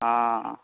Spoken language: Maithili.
हँ